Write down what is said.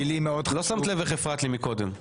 לא שמת לב איך הפרעת לי קודם.